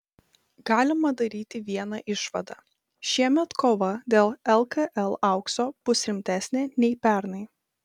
galima daryti vieną išvadą šiemet kova dėl lkl aukso bus rimtesnė nei pernai